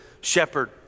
shepherd